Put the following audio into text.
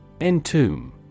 Entomb